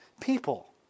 people